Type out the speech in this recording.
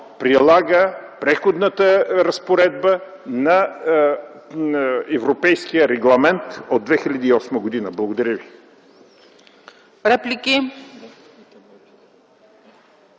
прилага Преходната разпоредба на европейския регламент от 2008 г. Благодаря ви.